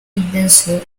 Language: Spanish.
intenso